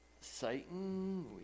Satan